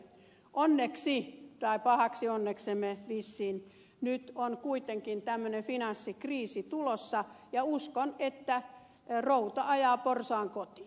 onneksi tai pahaksi onneksemme vissiin nyt on kuitenkin tämmöinen finanssikriisi tulossa ja uskon että routa ajaa porsaan kotiin